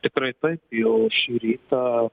tikrai taip jau šį rytą